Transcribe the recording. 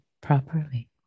properly